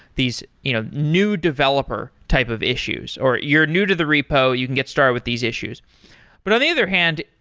these you know new developer type of issues, or you're new to the repo you can get started with these issues but on the other hand,